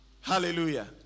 Hallelujah